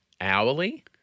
hourly